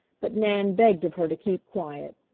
but nan begged of her to keep quiet.